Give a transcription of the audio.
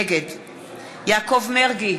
נגד יעקב מרגי,